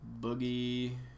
Boogie